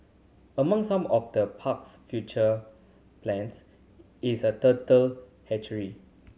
among some of the park's future plans is a turtle hatchery